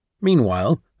Meanwhile